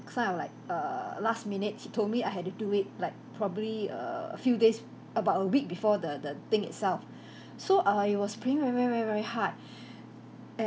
kind of like a last minute he told me that I had to do it like probably err a few days about a week before the the thing itself so I was praying very very very very hard and